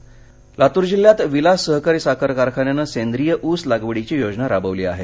सेंद्रिय साखर लातूर जिल्ह्यात विलास सहकारी साखर कारखान्यानं सेद्रिय ऊस लागवडीची योजना राबवली आहे